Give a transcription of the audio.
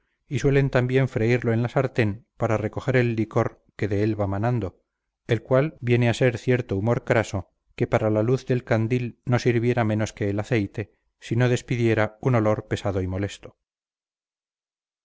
y suelen también freírlo en la sartén para recoger el licor que de él va manando el cual viene a ser cierto humor craso que para la luz del candil no sirviera menos que el aceite si no despidiera un olor pesado y molesto